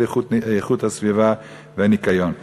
של איכות הסביבה והניקיון.